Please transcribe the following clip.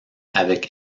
avec